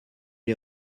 les